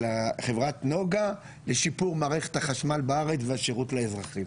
חברת נגה לשיפור מערכת החשמל בארץ והשירות לאזרחים?